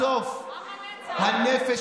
בסוף הנפש